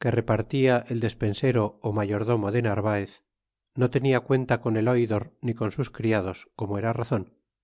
que repartia el despensero ó mayordomo de narvaez no tenia cuenta con el oidor ni con sus criados como era razon